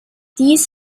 dies